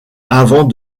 avant